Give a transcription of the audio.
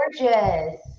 gorgeous